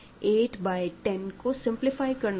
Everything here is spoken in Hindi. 8 बाय 10 को सिम्पलीफी करना होगा